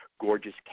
gorgeous